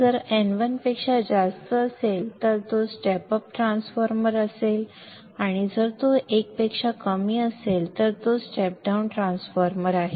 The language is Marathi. जर n 1 पेक्षा जास्त असेल तर तो स्टेप अप ट्रान्सफॉर्मर आहे जर तो 1 पेक्षा कमी असेल तर तो स्टेप डाउन ट्रान्सफॉर्मर आहे